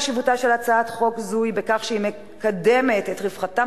חשיבותה של הצעת חוק זו היא בכך שהיא מקדמת את רווחתם